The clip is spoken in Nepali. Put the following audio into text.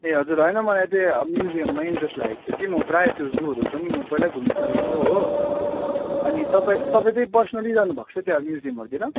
ए हजुर होइन मलाई त्यही अब म्युजियममै इन्ट्रेस्ट लागेको थियो कि म प्रायः त्यो जूहरू पनि म पहिला घुमिसकेको हो अनि तपाईँ तपाईँ त पर्सनली जानु भएको छ त्यहाँ म्युजियमहरूतिर